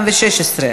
4,